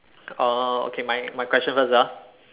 oh okay my my question first ah